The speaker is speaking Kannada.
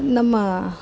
ನಮ್ಮ